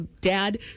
dad